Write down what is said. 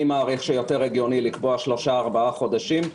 אני מעריך שיותר הגיוני לקבוע כמה שלושה-ארבעה חודשים,